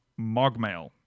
MogMail